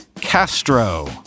Castro